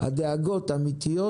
הדאגות אמיתיות,